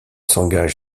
s’engage